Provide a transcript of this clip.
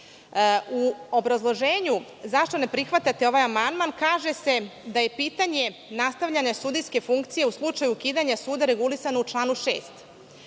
obrazloženju zašto ne prihvatate ovaj amandman kaže se – da je pitanje nastavljanja sudijske funkcije u slučaju ukidanja suda regulisano u članu 6.